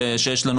שיש לנו